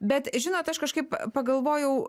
bet žinot aš kažkaip pagalvojau